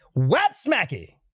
what's mackey?